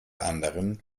anderen